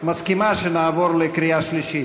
שנעבור לקריאה שלישית.